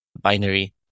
binary